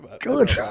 good